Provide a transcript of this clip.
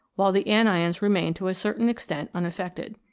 while the anions remain to a certain extent unaffected.